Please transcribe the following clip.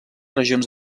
regions